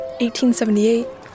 1878